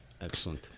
Excellent